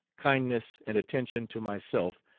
kindness, and attention to myself,